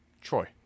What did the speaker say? Troy